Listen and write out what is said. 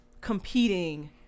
competing